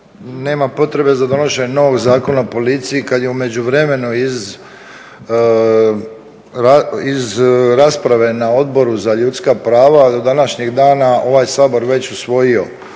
Nema potrebe za donošenje novog Zakona o policiji kad je u međuvremenu iz rasprave na Odboru za ljudska prava do današnjeg dana ovaj Sabor već usvojio